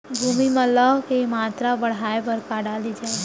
भूमि मा लौह के मात्रा बढ़ाये बर का डाले जाये?